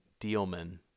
Dealman